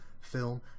film